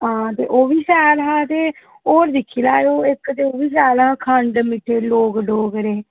हां ते ओह्बी शैल हा ते होर दिक्खी लैएओ इक ते एह्बी शैल हा खंड मिट्ठे लोक डोगरे